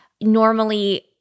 Normally